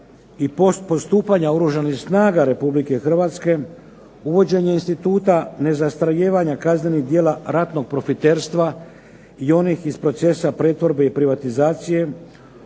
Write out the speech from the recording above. i postupanja Oružanih snaga RH, uvođenje instituta nezastarijevanja kaznenih djela ratnog profiterstva i onih iz procesa pretvorbe i privatizacije,